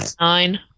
nine